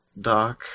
Doc